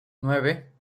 nueve